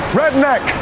redneck